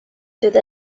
through